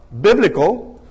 biblical